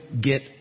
get